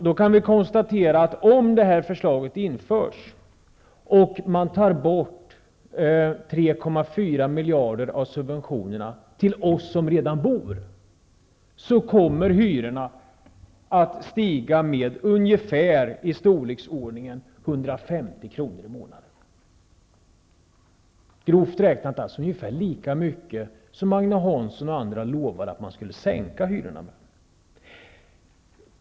Då kan vi konstatera att om förslaget genomförs och man tar bort 3,4 miljarder av subventionerna till oss som redan bor, så kommer hyrorna att stiga med i storleksordningen 150 kr. i månaden, grovt räknat alltså ungefär lika mycket som Agne Hansson och andra lovade att man skulle sänka hyrorna med.